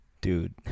dude